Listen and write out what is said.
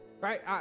Right